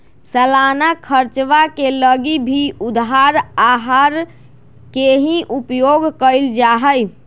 सालाना खर्चवा के लगी भी उधार आहर के ही उपयोग कइल जाहई